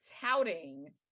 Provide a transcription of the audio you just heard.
touting